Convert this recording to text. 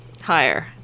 Higher